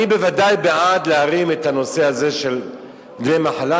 אני בוודאי בעד להרים את הנושא הזה של דמי המחלה,